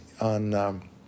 on